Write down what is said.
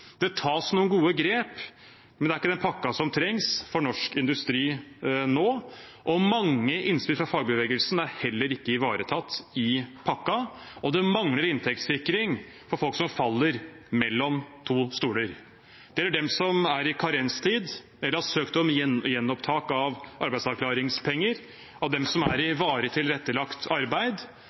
Det tas noen gode grep, men det er ikke den pakken som trengs for norsk industri nå. Mange innspill fra fagbevegelsen er heller ikke ivaretatt i pakken, og det mangler inntektssikring for folk som faller mellom to stoler. Det gjelder dem som er i karens eller har søkt om gjenopptakelse av arbeidsavklaringspenger, dem som er i varig tilrettelagt arbeid,